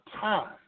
time